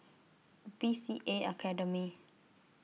B C A Academy